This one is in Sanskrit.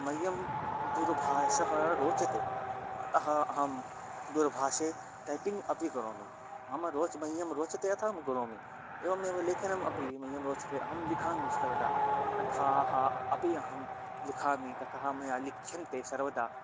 मह्यं दूरभाषा रोचते अतः अहं दूरभाषायां टैपिङ्ग् अपि करोमि मम रोचते मह्यं रोचते अतः अहं करोमि एवमेव लेखनम् अपि मह्यं रोचते अहं लिखामि सर्वदा कथाः अपि अहं लिखामि कथाः मया लिख्यन्ते सर्वदा